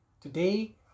Today